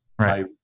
Right